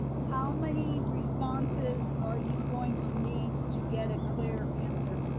how many responses are you going to need to get a clear answer?